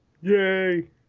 Yay